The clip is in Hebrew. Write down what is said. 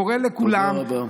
תודה רבה.